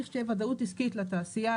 צריך שתהיה ודאות עסקית לתעשייה,